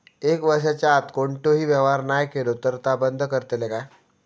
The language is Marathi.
एक वर्षाच्या आत कोणतोही व्यवहार नाय केलो तर ता बंद करतले काय?